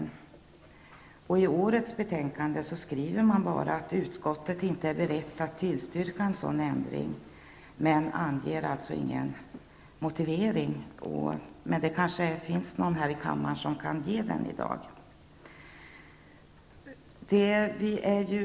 I årets betänkande skriver man bara att utskottet inte är berett att tillstyrka en sådan ändring, men man anger alltså ingen motivering. Kanske finns det någon här i kammaren som i dag kan ge en sådan motivering.